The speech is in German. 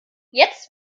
jetzt